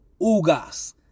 Ugas